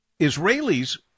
israelis